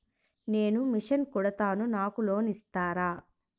నేను మిషన్ కుడతాను నాకు లోన్ ఇస్తారా?